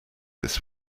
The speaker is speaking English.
this